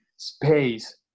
space